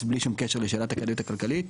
בלי שום קשר לשאלת הכדאיות הכלכלית,